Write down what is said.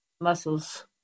muscles